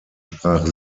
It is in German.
sprach